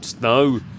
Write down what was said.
no